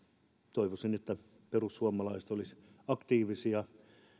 toivoisin että perussuomalaiset olisivat aktiivisia